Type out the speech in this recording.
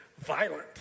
violent